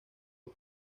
dos